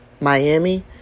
Miami